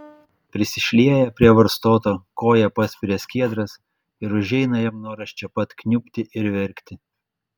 prisišlieja prie varstoto koja paspiria skiedras ir užeina jam noras čia pat kniubti ir verkti